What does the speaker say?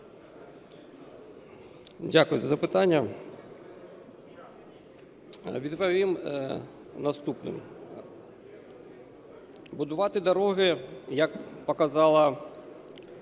Дякую за запитання. Відповім наступне. Будувати дороги, як показав